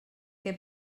que